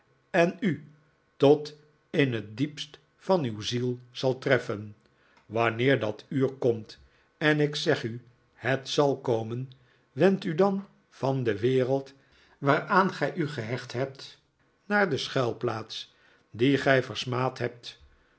en u tot in het diepst van uw ziel zal treffen wanneer dat uur komt en ik zeg u het zal komen wendt u dan van de wereld waaraan gij u gehecht hebt naar de schuilplaats die gij versmaad hebt